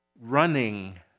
running